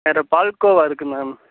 வேறு பால்கோவா இருக்கு மேம்